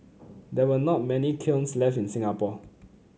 there were not many kilns left in Singapore